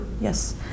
Yes